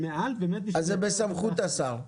אם כן, זה בסמכות השר.